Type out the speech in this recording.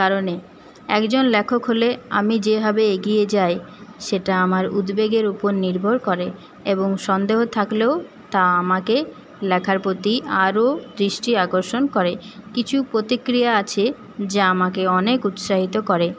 কারণে একজন লেখক হলে আমি যেভাবে এগিয়ে যাই সেটা আমার উদ্বেগের উপর নির্ভর করে এবং সন্দেহ থাকলেও তা আমাকে লেখার প্রতি আরও দৃষ্টি আকর্ষণ করে কিছু প্রতিক্রিয়া আছে যা আমাকে অনেক উৎসাহিত করে